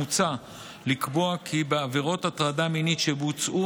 מוצע לקבוע כי בעבירות הטרדה מינית שבוצעו